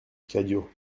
cadio